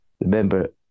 remember